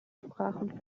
sprachen